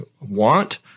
want